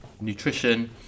nutrition